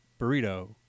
burrito